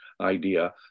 idea